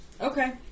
Okay